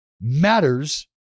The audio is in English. matters